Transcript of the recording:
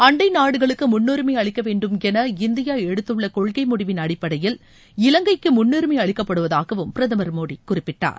அண்டை நாடுகளுக்கு முன்னுரிமை அளிக்க வேண்டும் என இந்தியா எடுத்துள்ள கொள்கை முடிவின் அடிப்படையில் இலங்கைக்கு முன்னுரிமை அளிக்கப்படுவதாகவும் பிரதமர் மோடி குறிப்பிட்டார்